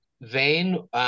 vein